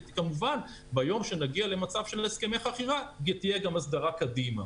וכמובן ביום שנגיע למצב של הסכמי חכירה תהיה גם הסדרה קדימה.